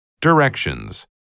Directions